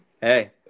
Hey